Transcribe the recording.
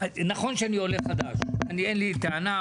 נכון שאני עולה חדש; אין לי טענה,